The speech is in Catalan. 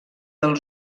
del